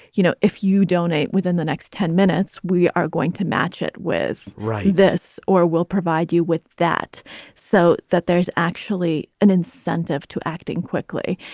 you know, if you donate within the next ten minutes, we are going to match it with ray this or we'll provide you with that so that there's actually an incentive to acting quickly.